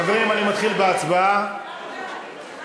חברים, אני מתחיל בהצבעה, בבקשה.